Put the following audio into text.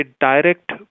direct